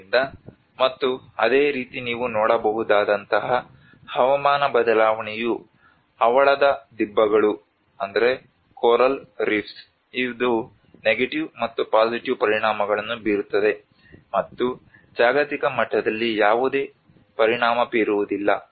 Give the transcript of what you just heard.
ಆದ್ದರಿಂದ ಮತ್ತು ಅದೇ ರೀತಿ ನೀವು ನೋಡಬಹುದಾದಂತಹ ಹವಾಮಾನ ಬದಲಾವಣೆಯು ಹವಳದ ದಿಬ್ಬಗಳು ಇದು ನೆಗೆಟಿವ್ ಮತ್ತು ಪಾಸಿಟಿವ್ ಪರಿಣಾಮಗಳನ್ನು ಬೀರುತ್ತದೆ ಮತ್ತು ಜಾಗತಿಕ ಮಟ್ಟದಲ್ಲಿ ಯಾವುದೇ ಪರಿಣಾಮ ಬೀರುವುದಿಲ್ಲ